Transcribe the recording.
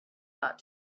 thought